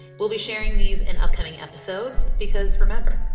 we'll be sharing these in upcoming episodes because remember,